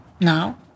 Now